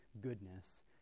goodness